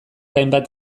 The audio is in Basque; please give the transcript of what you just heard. hainbat